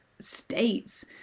states